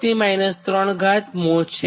44210 3 mho છે